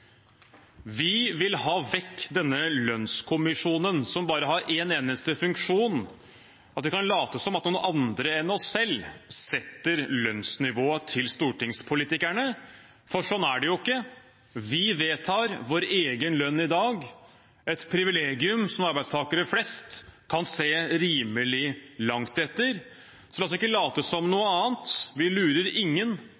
Vi vil ha vekk denne lønnskommisjonen, som bare har én eneste funksjon, at vi kan late som om det er noen andre enn oss selv som setter lønnsnivået til stortingspolitikerne. For sånn er det jo ikke. Vi vedtar vår egen lønn i dag, et privilegium som arbeidstakere flest kan se rimelig langt etter. Så la oss ikke late som